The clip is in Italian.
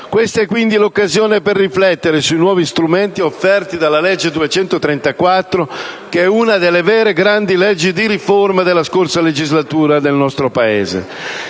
Questa è quindi l'occasione per riflettere sui nuovi strumenti offerti dalla legge n. 234, che è una delle vere grandi leggi di riforma della scorsa legislatura nel nostro Paese.